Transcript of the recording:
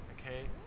okay